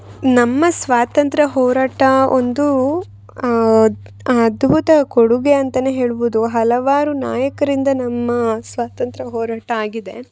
ನಮ್ಮ ಸ್ವಾತಂತ್ರ್ಯ ಹೋರಾಟ ಒಂದು ಅದ್ಬುತ ಕೊಡುಗೆ ಅಂತ ಹೇಳ್ಬೌದು ಹಲವಾರು ನಾಯಕರಿಂದ ನಮ್ಮ ಸ್ವಾತಂತ್ರ್ಯ ಹೋರಾಟ ಆಗಿದೆ